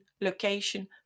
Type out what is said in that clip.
location